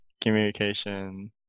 communication